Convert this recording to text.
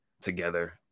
together